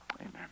Amen